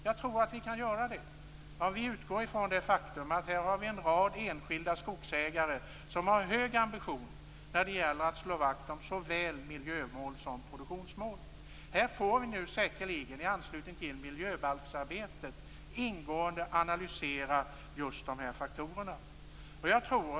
Jag tror att vi kan göra det om vi utgår från det faktum att vi har en rad enskilda skogsägare som har hög ambition när det gäller att slå vakt om såväl miljömål som produktionsmål. Vi får säkerligen i anslutning till miljöbalksarbetet ingående analysera just de här faktorerna.